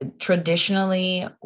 traditionally